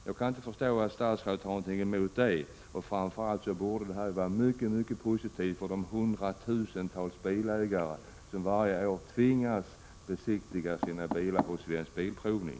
Jag kan inte förstå att statsrådet har någonting emot det. Det borde vara mycket positivt framför allt för de hundratusentals bilägare som varje år tvingas besiktiga sina bilar hos Svensk Bilprovning.